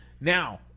Now